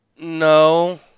No